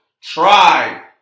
try